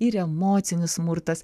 ir emocinis smurtas